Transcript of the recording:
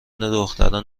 دختران